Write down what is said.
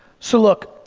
so, look,